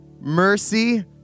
Mercy